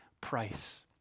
price